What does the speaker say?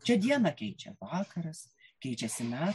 čia dieną keičia vakaras keičiasi metų